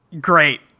Great